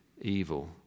evil